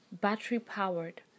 Battery-powered